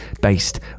based